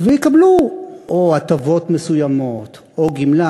ויקבלו או הטבות מסוימות או גמלה,